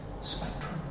spectrum